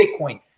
Bitcoin